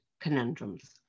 conundrums